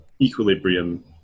equilibrium